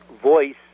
voice